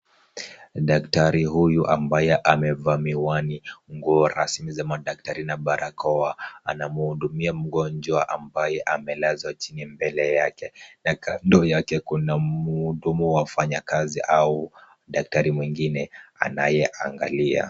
Daktari huyu ambaye amevaa miwani, nguo rasmi za madaktari na barakoa anamhudimia mgonjwa ambaye amelazwa chini mbele yake. Na kando yake kuna mhudumu wa wafanyikazi au daktari mwingine anayeangalia.